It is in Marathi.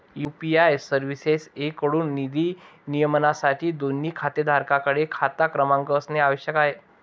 यू.पी.आय सर्व्हिसेसएकडून निधी नियमनासाठी, दोन्ही खातेधारकांकडे खाता क्रमांक असणे आवश्यक आहे